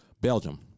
Belgium